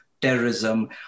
terrorism